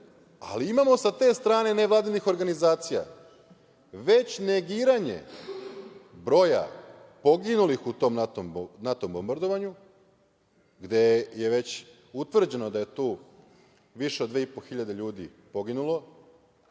ali imamo sa te strane nevladinih organizacija već negiranje broja poginulih u tom NATO bombardovanju, gde je već utvrđeno da je tu više od 2.500 ljudi poginulo,